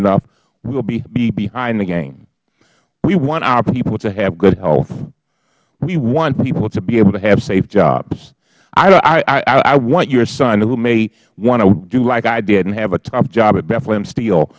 enough we will be behind the game we want our people to have good health we want people to be able to have safe jobs i want your son who may want to do like i did and have a tough job at bethlehem steel